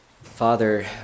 Father